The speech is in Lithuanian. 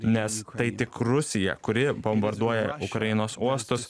nes tai tik rusija kuri bombarduoja ukrainos uostus